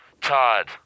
Todd